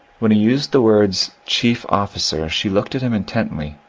when he used the words chief officer she looked at him intently,